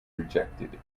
rejected